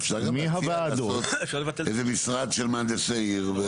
אפשר גם להציע לעשות איזה משרד של מהנדסי עיר.